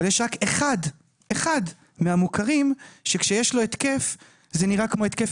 אבל יש רק אחד מהמוכרים שכשיש לו התקף זה נראה כמו התקף